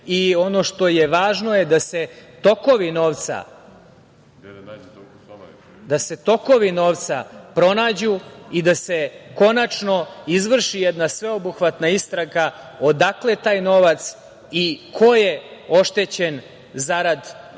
i ono što je važno je da se tokovi novca pronađu i da se konačno izvrši jedna sveobuhvatna istraga odakle taj novac i ko je oštećen zarad bogatstva